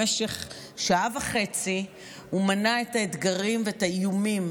במשך שעה וחצי הוא מנה את האתגרים ואת האיומים